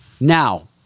Now